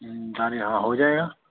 दाढ़ी हाँ हो जाएगा